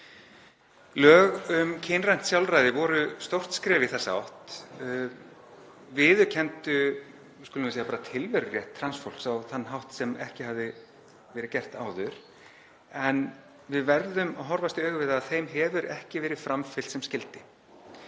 Lög um kynrænt sjálfræði voru stórt skref í þessa átt og viðurkenndu tilverurétt trans fólks á hátt sem ekki hafði verið gert áður. En við verðum að horfast í augu við það að þeim hefur ekki verið framfylgt sem skyldi.